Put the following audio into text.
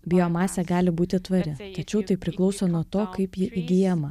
biomasė gali būti tvari tačiau tai priklauso nuo to kaip ji įgyjama